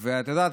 את יודעת,